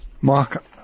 Mark